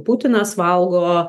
putinas valgo